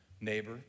neighbor